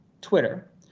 Twitter